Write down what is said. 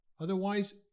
Otherwise